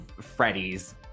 Freddy's